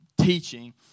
teaching